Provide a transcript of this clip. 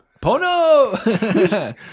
Pono